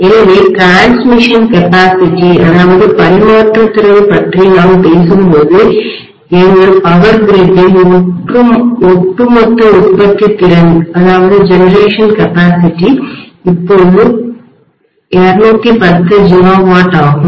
எனவே transmission capacity பரிமாற்றத் திறன் பற்றி நாம் பேசும்போது எங்கள் பவர் கிரிட்டின் ஒட்டுமொத்த உற்பத்தி திறன் ஜெனரேஷன் கெபாசிட்டி இப்போது 210 GW ஆகும்